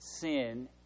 sin